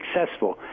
successful